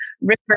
river